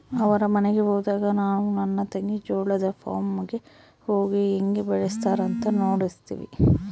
ಅವರ ಮನೆಗೆ ಹೋದಾಗ ನಾನು ನನ್ನ ತಂಗಿ ಜೋಳದ ಫಾರ್ಮ್ ಗೆ ಹೋಗಿ ಹೇಂಗೆ ಬೆಳೆತ್ತಾರ ಅಂತ ನೋಡ್ತಿರ್ತಿವಿ